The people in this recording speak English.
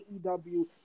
AEW